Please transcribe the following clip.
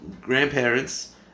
grandparents